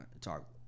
talk